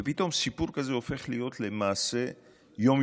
ופתאום סיפור כזה הופך להיות למעשה יום-יומי.